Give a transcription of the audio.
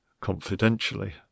confidentially